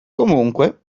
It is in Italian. comunque